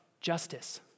justice